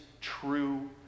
true